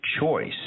choice